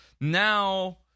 now